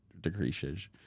Decreases